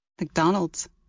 McDonald's